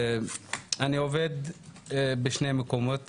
בשני מקומות